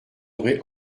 aurez